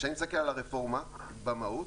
כשאני מסתכל על הרפורמה במהות